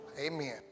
Amen